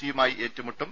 C യുമായി ഏറ്റുമുട്ടും